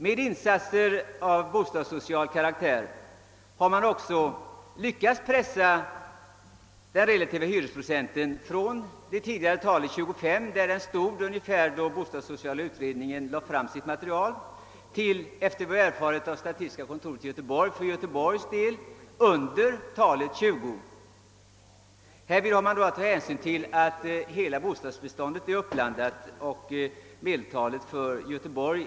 Med insatser av bostadssocial karaktär har man också lyckats pressa den relativa hyresprocenten från 25 procent, som var den vanliga då bostadssociala utredningen lade fram sitt betänkande, till under cirka 20 procent för Göteborgs del, efter vad jag inhämtat hos statistiska kontoret i Göteborg.